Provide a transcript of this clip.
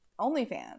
OnlyFans